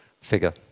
figure